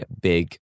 big